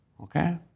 Okay